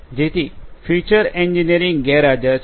જેથી feature engineering ગેરહાજર છે